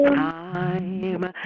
time